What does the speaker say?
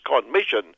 Commission